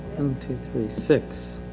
and two three six